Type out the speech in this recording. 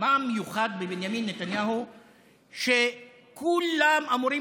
מה המיוחד בבנימין נתניהו שכולם אמורים